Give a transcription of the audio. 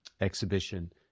exhibition